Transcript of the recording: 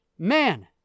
Man